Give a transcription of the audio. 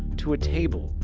to a table,